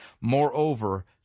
Moreover